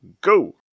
go